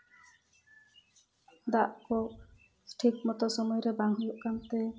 ᱫᱟᱜ ᱠᱚ ᱴᱷᱤᱠ ᱢᱚᱛᱚ ᱥᱚᱢᱚᱭ ᱨᱮ ᱵᱟᱝ ᱦᱩᱭᱩᱜ ᱠᱟᱱᱛᱮ